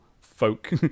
folk